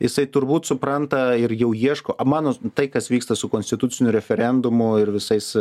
jisai turbūt supranta ir jau ieško mano tai kas vyksta su konstituciniu referendumu ir visais